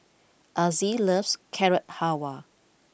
Azzie loves Carrot Halwa